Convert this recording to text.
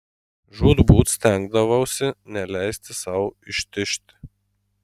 žūtbūt stengdavausi neleisti sau ištižti